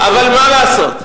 אבל מה לעשות,